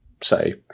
say